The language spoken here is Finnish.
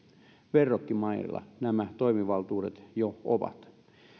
verrokkimailla nämä toimivaltuudet jo ovat